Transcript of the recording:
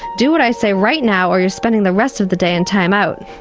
do what i say right now or you're spending the rest of the day in time out.